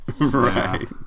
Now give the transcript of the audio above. Right